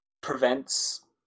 prevents